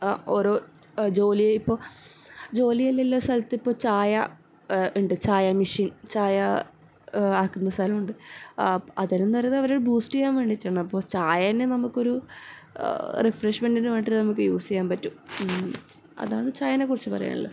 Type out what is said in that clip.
ഓരോ ജോലി ഇപ്പോൾ ജോലിയെല്ലാം ചെയ്യുന്ന സ്ഥലത്തിപ്പോൾ ചായ ഉണ്ട് ചായ മെഷീൻ ചായ ആക്കുന്ന സ്ഥലമുണ്ട് അതെല്ലാം എന്ന് പറയുന്നത് ബൂസ്റ്റ് ചെയ്യാൻ വേണ്ടീട്ടാണ് അപ്പോൾ ചായേനെ നമുക്കൊരു റിഫ്രഷ്മെന്റിന് വേണ്ടീട്ട് നമുക്ക് യൂസ് ചെയ്യാൻ പറ്റും അതാണ് ചായേനെക്കുറിച്ച് പറയാനുള്ളത്